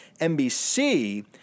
NBC